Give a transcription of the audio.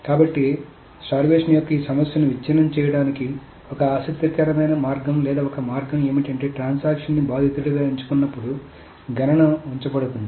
కాబట్టి ఆకలి యొక్క ఈ సమస్యను విచ్ఛిన్నం చేయడానికి ఒక ఆసక్తికరమైన మార్గం లేదా ఒక మార్గం ఏమిటంటే ట్రాన్సాక్షన్ ని బాధితుడిగా ఎంచుకున్నప్పుడు గణన ఉంచబడుతుంది